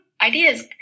ideas